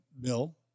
bill